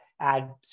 add